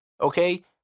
okay